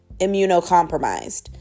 immunocompromised